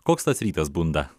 koks tas rytas bunda